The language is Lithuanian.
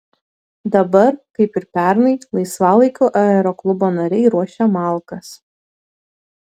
dabar kaip ir pernai laisvalaikiu aeroklubo nariai ruošia malkas